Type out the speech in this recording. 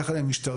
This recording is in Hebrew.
יחד עם המשטרה,